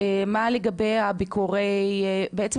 בעצם,